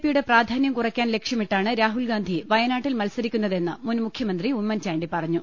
പിയുടെ പ്രാധാന്യം കുറക്കാൻ ലക്ഷ്യമിട്ടാണ് രാഹുൽഗാന്ധി വയനാട്ടിൽ മത്സരിക്കുന്നതെന്ന് മുൻ മുഖ്യമന്ത്രി ഉമ്മൻചാണ്ടി പറഞ്ഞു